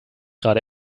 gerade